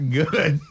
good